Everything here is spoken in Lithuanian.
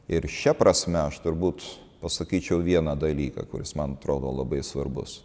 ir šia prasme aš turbūt pasakyčiau vieną dalyką kuris man atrodo labai svarbus